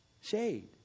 Shade